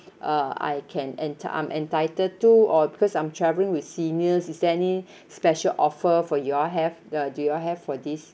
uh I can enti~ I'm entitled to or because I'm travelling with seniors is there any special offer for you all have uh do you all have for this